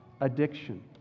addiction